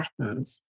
patterns